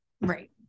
Right